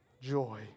joy